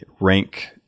rank